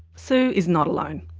sue is not alone.